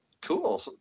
Cool